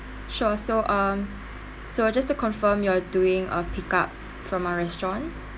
sure so um so just to confirm you are doing a pickup from our restaurant